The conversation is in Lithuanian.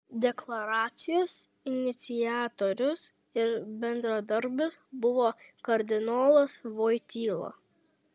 deklaracijos iniciatorius ir bendradarbis buvo kardinolas voityla